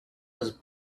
was